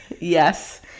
Yes